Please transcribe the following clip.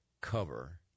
cover